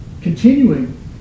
Continuing